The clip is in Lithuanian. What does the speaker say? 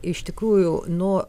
iš tikrųjų nuo